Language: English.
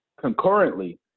concurrently